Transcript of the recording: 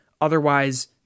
otherwise